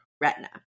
retina